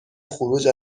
خروج